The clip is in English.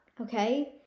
okay